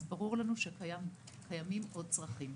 ברור לנו שקיימים עוד צרכים.